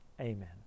amen